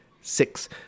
Six